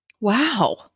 Wow